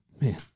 man